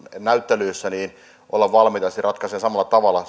näyttelyissä ja olla valmiita ratkaisemaan samalla tavalla